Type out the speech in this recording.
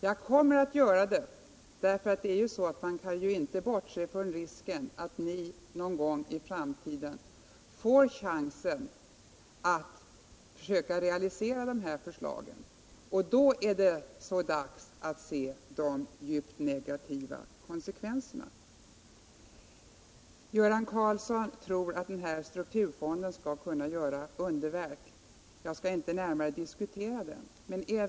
Jag kommer att göra det därför att man inte kan bortse från risken att ni någon gång i framtiden får chansen att försöka realisera era förslag, och då är det så dags att notera de mycket negativa konsekvenserna. Göran Karlsson tror att strukturfonden skulle kunna göra underverk. Jag skall inte diskutera den saken närmare.